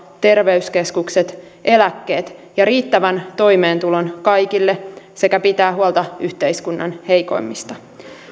terveyskeskukset eläkkeet ja riittävän toimeentulon kaikille sekä pitää huolta yhteiskunnan heikoimmista